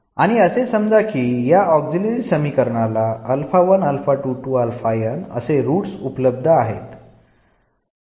आणि असे समजा की या ऑक्झिलरी समीकरण ला असे रूट्स उपलब्ध आहेत